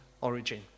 origin